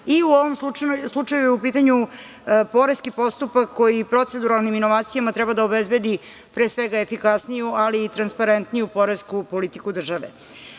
i u ovom slučaju je u pitanju poreski postupak koji i proceduralnim inovacijama treba da obezbedi pre svega efikasniju ali i transparentniju poresku politiku države. Jedan